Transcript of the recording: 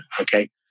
okay